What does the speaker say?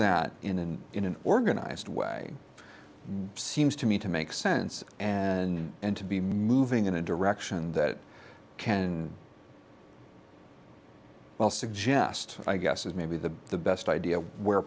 that in an in an organized way seems to me to make sense and and to be moving in a direction that can well suggest i guess is maybe the the best idea of where